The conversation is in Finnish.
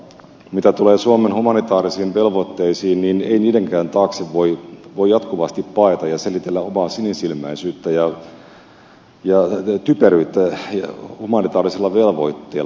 mitä tulee suomen humanitaarisiin velvoitteisiin niin ei niidenkään taakse voi jatkuvasti paeta ja selitellä omaa sinisilmäisyyttä ja typeryyttä humanitaarisella velvoitteella